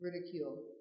ridicule